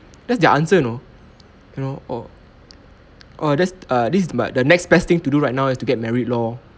that's their answer you know you know oh oh that's this is but the next best thing to do right now is to get married lor